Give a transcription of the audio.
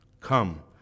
Come